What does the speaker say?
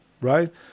right